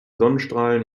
sonnenstrahlen